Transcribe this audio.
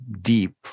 deep